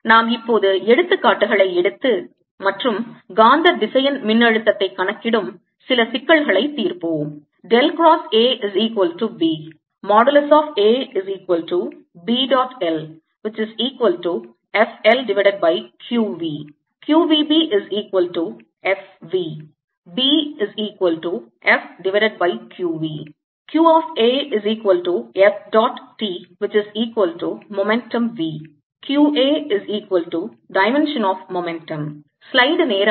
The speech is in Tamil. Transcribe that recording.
நாம் இப்போது எடுத்துக்காட்டுகளை எடுத்து மற்றும் காந்த திசையன் மின்னழுத்தத்தைக் கணக்கிடும் சில சிக்கல்களைத் தீர்ப்போம்